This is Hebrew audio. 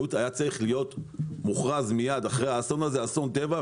היה צריך להיות מוכרז מיד אחרי האסון הזה אסון טבע,